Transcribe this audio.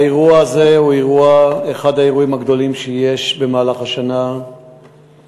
האירוע הזה הוא אחד האירועים הגדולים שיש במהלך השנה במדינה,